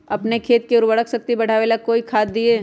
अपन खेत के उर्वरक शक्ति बढावेला कौन खाद दीये?